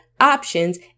options